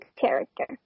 character